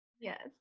yes